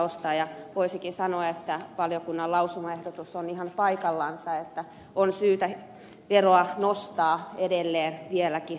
ja voisikin sanoa että valiokunnan lausumaehdotus on ihan paikallansa että on syytä veroa nostaa edelleen vieläkin rutkemmin